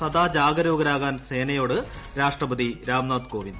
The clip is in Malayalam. സദാ ജാഗരൂകരാകാൻ സേനയോട് രാഷ്ട്രപതി രാംനാഥ് കോവിന്ദ്